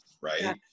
right